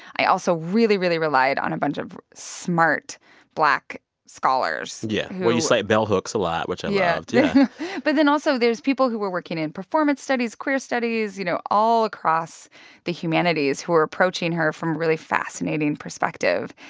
i also really, really relied on a bunch of smart black scholars yeah. well, you cite bell hooks a lot, which i yeah loved. yeah but then also, there's people who were working in performance studies, queer studies, you know, all across the humanities who were approaching her from a really fascinating perspective.